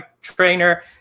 trainer